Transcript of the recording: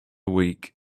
week